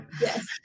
Yes